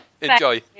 Enjoy